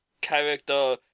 character